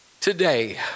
today